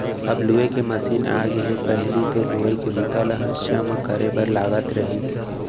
अब लूए के मसीन आगे हे पहिली तो लुवई के बूता ल हँसिया म करे बर लागत रहिस